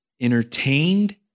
entertained